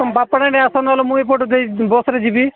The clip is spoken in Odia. ତମେ ଆସ ନହେଲେ ମୁଁ ଏଇ ପଟେ ବସ୍ରେ ଯିବି